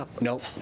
Nope